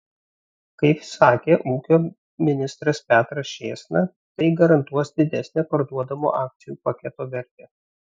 kaip sakė ūkio ministras petras čėsna tai garantuos didesnę parduodamo akcijų paketo vertę